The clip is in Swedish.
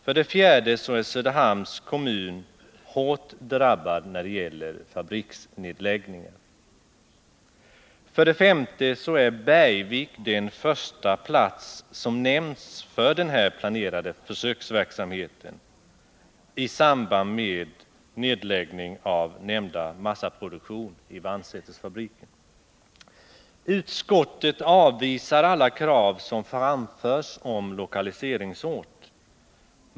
För det fjärde är Söderhamns kommun hårt drabbad av fabriksnedläggningar. För det femte är Bergvik den första plats som nämnts för den här planerade försöksverksamheten i samband med nedläggning av nämnda massaproduktion i Vannsätersfabriken. Utskottet avvisar alla krav som framställs om lokaliseringsort.